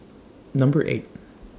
Number eight